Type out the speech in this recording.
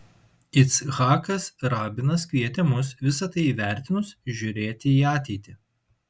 icchakas rabinas kvietė mus visa tai įvertinus žiūrėti į ateitį